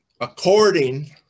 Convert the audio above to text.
according